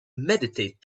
meditate